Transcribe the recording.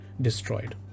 destroyed